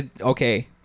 Okay